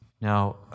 Now